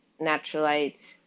naturalite